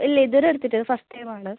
ഇല്ല ഇതുവരെ എടുത്തിട്ടില്ല ഇത് ഫസ്റ്റ് ടൈമാണ്